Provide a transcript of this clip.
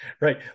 right